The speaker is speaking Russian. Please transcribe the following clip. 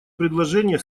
предложение